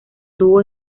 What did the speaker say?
dúo